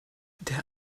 der